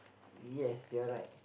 yes you're right